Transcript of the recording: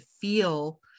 feel